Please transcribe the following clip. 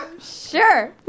Sure